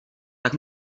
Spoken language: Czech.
tak